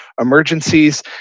emergencies